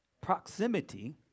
Proximity